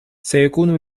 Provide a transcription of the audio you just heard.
سيكون